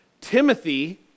Timothy